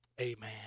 Amen